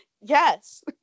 Yes